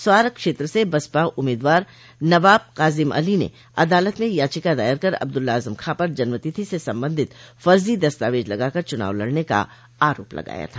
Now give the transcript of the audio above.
स्वार क्षेत्र से बसपा उम्मीदवार नवाब काजिम अली ने अदालत में याचिका दायर कर अब्दुल्ला आजम खां पर जन्मतिथि से संबंधित फर्जी दस्तावेज लगाकर चुनाव लड़ने का आरोप लगाया था